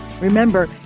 Remember